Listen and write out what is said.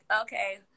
okay